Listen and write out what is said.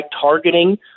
targeting